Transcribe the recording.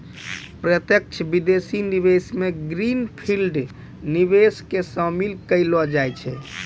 प्रत्यक्ष विदेशी निवेश मे ग्रीन फील्ड निवेश के शामिल केलौ जाय छै